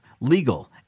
legal